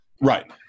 Right